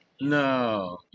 No